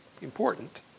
Important